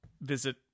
visit